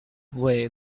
way